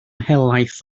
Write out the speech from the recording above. helaeth